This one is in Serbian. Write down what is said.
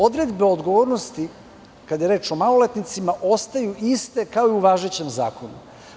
Odredbe o odgovornosti, kad je reč o maloletnicima, ostaju iste kao i u važećem zakonu.